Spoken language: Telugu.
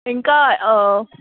ఇంకా